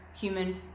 human